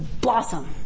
blossom